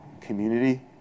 community